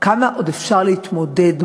כמה עוד אפשר להתמודד?